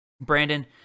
Brandon